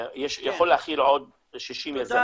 והוא יכול להכיל עוד 60 יזמים.